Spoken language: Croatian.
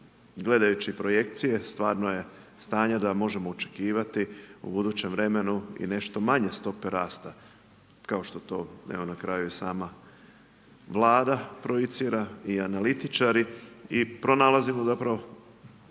gledajući projekcije stvarno je stanje da možemo očekivati u budućem vremenu i nešto manje stope rasta, kao što je to evo na kraju sama Vlada projicira i analitičari i pronalazimo zapravo